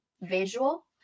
visual